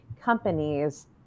companies